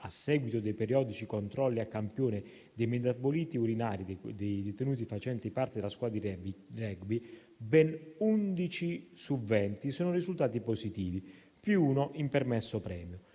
a seguito dei periodici controlli a campione dei metaboliti urinari dei detenuti facenti parte della squadra di rugby, ben 11 su 20 sono risultati positivi (più uno in permesso premio),